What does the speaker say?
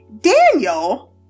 Daniel